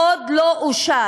הוא עוד לא אושר.